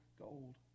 gold